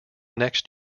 next